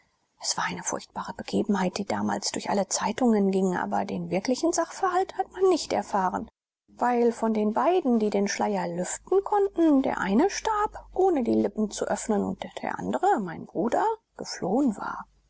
es war eine furchtbare begebenheit die damals durch alle zeitungen ging aber den wirklichen sachverhalt hat man nicht erfahren weil von den beiden die den schleier lüften konnten der eine starb ohne die lippen zu öffnen und der andere mein bruder geflohen war